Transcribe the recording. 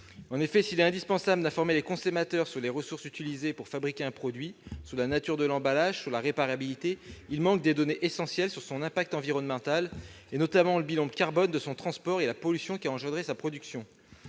produit. S'il est indispensable d'informer les consommateurs sur les ressources utilisées pour fabriquer un produit, sur la nature de l'emballage et sur la réparabilité, des données essentielles manquent sur son impact environnemental, notamment le bilan carbone de son transport et la pollution qu'a engendrée sa production.